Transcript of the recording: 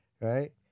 right